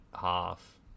half